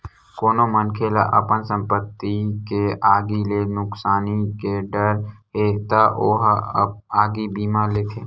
कोनो मनखे ल अपन संपत्ति के आगी ले नुकसानी के डर हे त ओ ह आगी बीमा लेथे